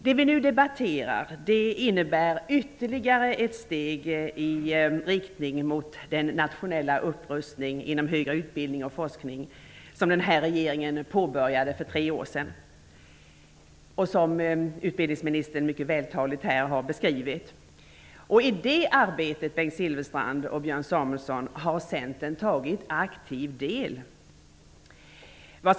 Det vi nu debatterar innebär ytterligare ett steg i riktning mot den nationella upprustning inom högre utbildning och forskning som denna regering påbörjade för tre år sedan, som utbildningsministern mycket vältaligt har beskrivit. Jag vill säga till Bengt Silfverstrand och Björn Samuelson att Centern har tagit aktiv del i det arbetet.